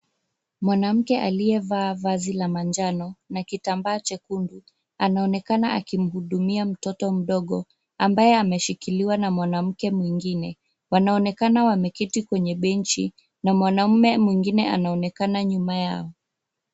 Mwanamke aliyevaa vazi la manjano na kitambaa chekundu anaonekana akimhudumia mtoto mdogo ambaye ameshikiliwa na mwanamke mwingine. Wanaonekana wameketi kwenye benchi na mwanamme mwingine anaonekana nyuma yao.